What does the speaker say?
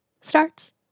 starts